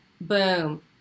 boom